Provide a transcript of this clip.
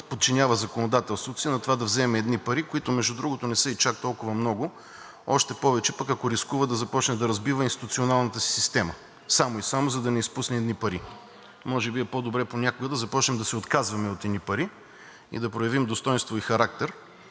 подчинява законодателството си на това „да вземем едни пари“, които, между другото, не са и чак толкова много, още повече пък ако рискува да започне да разбива институционалната си система, само и само за да не изпуснем едни пари. Може би е по добре понякога да започнем да се отказваме от едни пари и да проявим достойнство и характер,